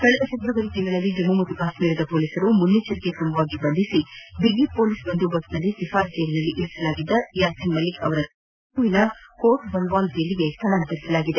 ಕಳೆದ ಫೆಬ್ರುವರಿಯಲ್ಲಿ ಜಮ್ಮ ಮತ್ತು ಕಾಶ್ಮೀರದ ಪೊಲೀಸರು ಮುನ್ನೆಚ್ಚರಿಕಾ ಕ್ರಮವಾಗಿ ಬಂಧಿಸಿ ಬಿಗಿ ಪೊಲೀಸ್ ಬಂದೋಬಸ್ತ್ನಲ್ಲಿ ತಿಹಾರ್ ಜೈಲಿನಲ್ಲಿ ಇರಿಸಲಾಗಿದ್ದ ಯಾಸಿಕ್ ಮಲಿಕ್ನನ್ನು ಇದೀಗ ಜಮ್ಮವಿನ ಕೋಟ್ಬಾಲ್ವಾಲ್ ಜೈಲಿಗೆ ಸ್ಥಳಾಂತರಿಸಲಾಗಿದೆ